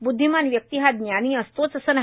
बुद्धिमान व्यक्ती हा ज्ञानी असतोच असं नाही